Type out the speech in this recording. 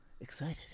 excited